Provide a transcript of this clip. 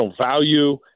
value